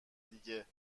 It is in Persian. دیگه